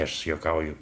aš juokauju